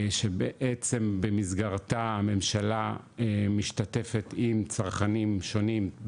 שבעצם במסגרתה הממשלה משתתפת עם צרכנים שונים,